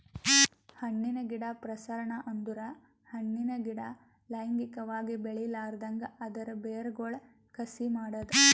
ಹಣ್ಣಿನ ಗಿಡ ಪ್ರಸರಣ ಅಂದುರ್ ಹಣ್ಣಿನ ಗಿಡ ಲೈಂಗಿಕವಾಗಿ ಬೆಳಿಲಾರ್ದಂಗ್ ಅದರ್ ಬೇರಗೊಳ್ ಕಸಿ ಮಾಡದ್